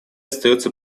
остается